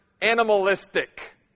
animalistic